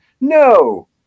No